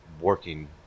working